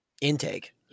intake